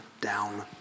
down